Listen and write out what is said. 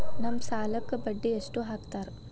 ನಮ್ ಸಾಲಕ್ ಬಡ್ಡಿ ಎಷ್ಟು ಹಾಕ್ತಾರ?